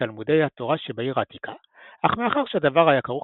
ותלמודי התורה שבעיר העתיקה אך מאחר שהדבר היה כרוך